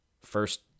first